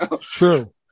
True